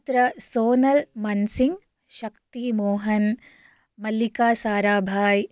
तत्र सोनल् मन्सिङ्ग् शक्ती मोहन् मल्लिका साराभाय्